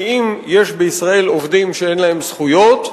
כי אם יש בישראל עובדים שאין להם זכויות,